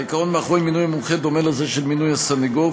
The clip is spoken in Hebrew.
העיקרון מאחורי מינוי מומחה דומה לזה של מינוי סנגור,